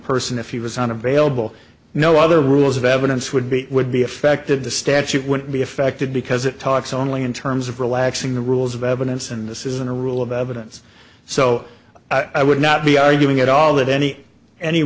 person if he was unavailable no other rules of evidence would be would be affected the statute wouldn't be affected because it talks only in terms of relaxing the rules of evidence and this isn't a rule of evidence so i would not be arguing at all that any any